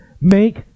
make